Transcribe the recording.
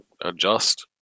adjust